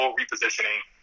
repositioning